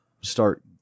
start